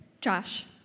Josh